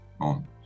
on